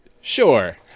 Sure